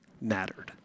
mattered